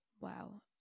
wow